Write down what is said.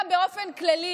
גם באופן כללי